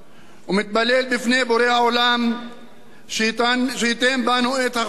ומתפלל בפני בורא עולם שייתן בנו את החוכמה,